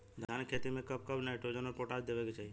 धान के खेती मे कब कब नाइट्रोजन अउर पोटाश देवे के चाही?